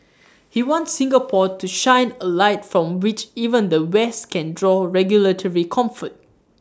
he wants Singapore to shine A light from which even the west can draw regulatory comfort